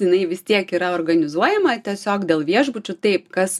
jinai vis tiek yra organizuojama tiesiog dėl viešbučių taip kas